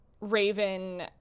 Raven